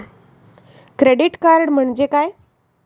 Credit card म्हणजे काय?